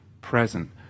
present